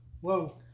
Whoa